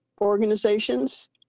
organizations